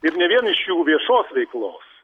ir ne vien iš jų viešos veiklos